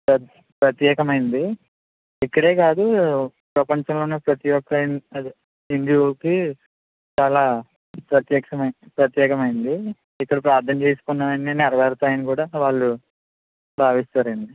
ప్ర ప్రత్యేకమైంది ఇక్కడే కాదు ప్రపంచంలో ఉన్న ప్రతీ ఓక్క అదే హిందువులకి చాలా ప్రత్యేక ప్రత్యేకమైంది ఇక్కడ ప్రార్దన చేసుకున్నవన్ని నెరవేరుతాయని కూడా వాళ్ళు భావిస్తారు అండి